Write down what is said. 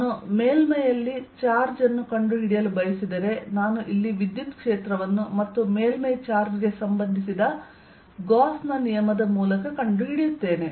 ನಾನು ಮೇಲ್ಮೈಯಲ್ಲಿ ಚಾರ್ಜ್ ಅನ್ನು ಕಂಡುಹಿಡಿಯಲು ಬಯಸಿದರೆ ನಾನು ಇಲ್ಲಿ ವಿದ್ಯುತ್ ಕ್ಷೇತ್ರವನ್ನು ಮತ್ತು ಮೇಲ್ಮೈ ಚಾರ್ಜ್ ಗೆ ಸಂಬಂಧಿಸಿದ ಗಾಸ್ ನ ನಿಯಮದ ಮೂಲಕ ಕಂಡುಹಿಡಿಯುತ್ತೇನೆ